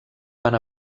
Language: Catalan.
van